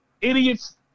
idiots